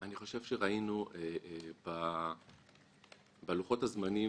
אני חושב שראינו בלוחות הזמנים